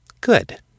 Good